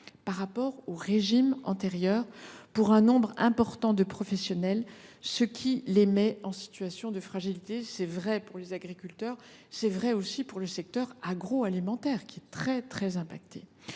par rapport au régime antérieur pour un nombre important de professionnels, ce qui les met en situation de fragilité. C’est vrai pour les agriculteurs, mais aussi pour le secteur agroalimentaire, qui est très affecté.